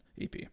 EP